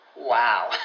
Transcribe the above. Wow